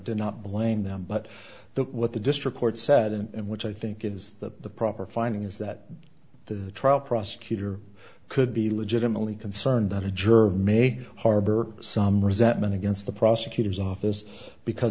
do not blame them but what the district court said and which i think is the proper finding is that the trial prosecutor could be legitimately concerned that a juror made harbor some resentment against the prosecutor's office because